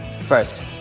First